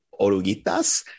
Oruguitas